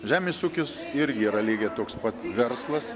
žemės ūkis irgi yra lygiai toks pat verslas